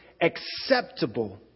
acceptable